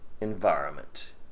environment